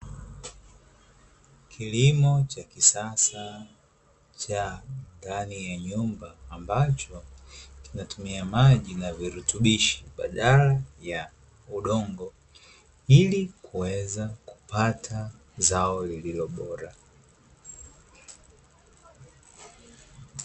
Kilimo cha kisasa cha ndani ya nyumba, ambacho kinatumia maji na virutubishi badala ya udongo, ili kuweza kupata zao lililo bora.